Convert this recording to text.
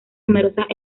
numerosas